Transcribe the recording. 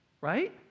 Right